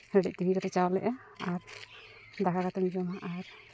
ᱦᱮᱰᱮᱡ ᱛᱤᱠᱤ ᱠᱟᱛᱮᱫ ᱪᱟᱣᱞᱮᱜᱼᱟ ᱟᱨ ᱫᱟᱠᱟ ᱠᱟᱛᱮᱢ ᱡᱚᱢᱟ ᱟᱨ